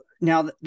now